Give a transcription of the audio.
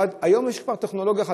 היום כבר יש טכנולוגיה חדשה,